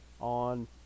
on